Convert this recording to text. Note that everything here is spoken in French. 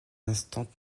instant